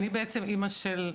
אני בעצם אמא של נמרוד,